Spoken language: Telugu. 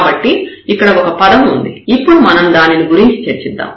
కాబట్టి ఇక్కడ ఒక పదం ఉంది ఇప్పుడు మనం దాని గురించి చర్చిద్దాం